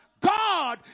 God